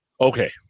okay